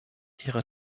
ihre